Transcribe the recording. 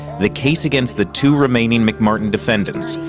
the case against the two remaining mcmartin defendants,